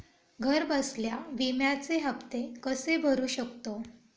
घरबसल्या विम्याचे हफ्ते कसे भरू शकतो?